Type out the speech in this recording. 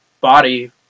body